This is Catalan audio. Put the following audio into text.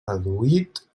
reduït